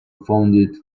founded